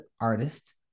artist